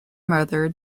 mother